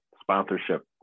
sponsorship